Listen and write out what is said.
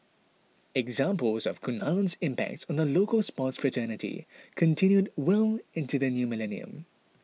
examples of Kunalan's impact on the local sports fraternity continued well into the new millennium